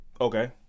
Okay